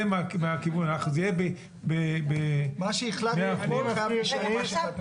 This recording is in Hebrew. כי ברוך השם זכיתי להתחתן עם אלג'יראי --- תסלחי לי על השאלה האישית,